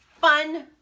fun